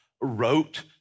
wrote